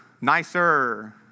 nicer